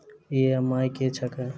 EMI की छैक?